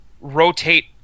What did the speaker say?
rotate